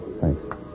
Thanks